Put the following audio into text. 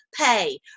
pay